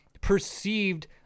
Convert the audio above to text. perceived